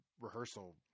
rehearsal